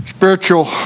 Spiritual